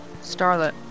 Starlet